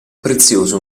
prezioso